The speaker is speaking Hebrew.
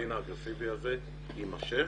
הקמפיין האגרסיבי הזה יימשך.